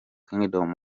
kingdom